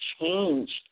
changed